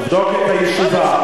לבדוק את הישיבה.